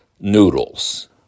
noodles